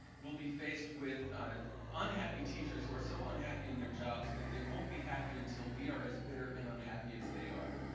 we'll be faced with unhappy teachers who are so unhappy in their jobs that they won't be happy until we are as bitter and unhappy as they are.